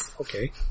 Okay